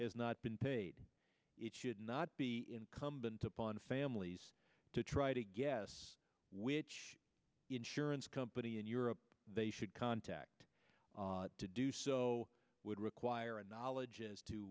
is not been paid it should not be incumbent upon families to try to guess which insurance company in europe they should contact to do so would require a knowledge as to